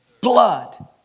blood